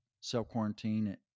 self-quarantine